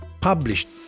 published